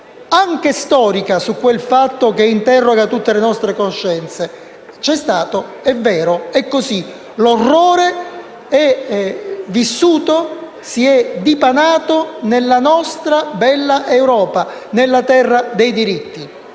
anche storica su quel fatto che interroga tutte le nostre coscienze: c'è stato, è vero, è così, l'orrore è vissuto e si è dipanato nella nostra bella Europa, nella terra dei diritti.